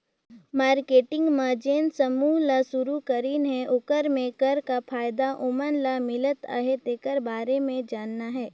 marketing मन जेन समूह ल सुरूकरीन हे ओखर मे कर का फायदा ओमन ल मिलत अहे तेखर बारे मे जानना हे